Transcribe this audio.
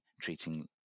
treating